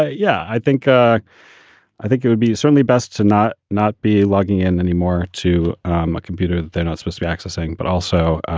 ah yeah, i think i i think it would be certainly best to not not be logging in anymore to a computer that they're not supposed to accessing, but also.